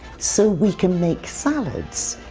so we can make salads,